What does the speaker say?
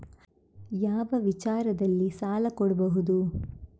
ಯಾವ ವಿಚಾರದಲ್ಲಿ ಸಾಲ ಕೊಡಬಹುದು?